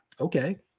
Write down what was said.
Okay